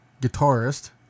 guitarist